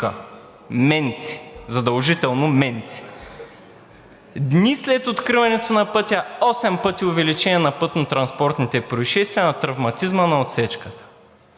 менци – задължително менци, а дни след откриването на пътя – осем пъти увеличение на пътнотранспортните произшествия, на травматизма на отсечката.